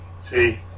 See